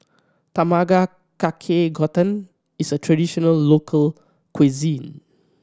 Tamago Kake gotan is a traditional local cuisine